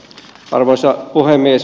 arvoisa puhemies